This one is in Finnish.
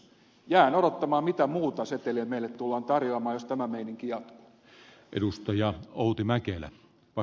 jään odottamaan mitä muuta seteliä meille tullaan tarjoamaan jos tämä meininki jatkuu